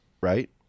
right